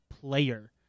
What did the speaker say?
player